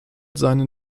seinen